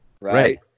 right